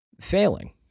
failing